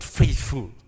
faithful